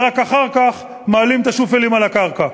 ורק אחר כך מעלים את השופלים על הקרקע.